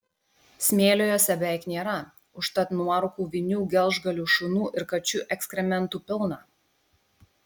smėlio jose beveik nėra užtat nuorūkų vinių gelžgalių šunų ir kačių ekskrementų pilna